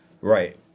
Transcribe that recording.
Right